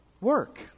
work